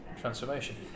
transformation